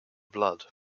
blood